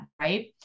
right